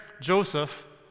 Joseph